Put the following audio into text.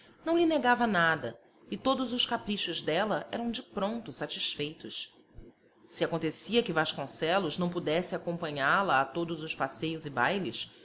não lhe negava nada e todos os caprichos dela eram de pronto satisfeitos se acontecia que vasconcelos não pudesse acompanhá-la a todos os passeios e bailes